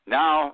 now